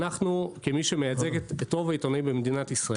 אנחנו כמי שמייצג את רוב העיתונאים בישראל